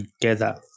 together